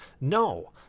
no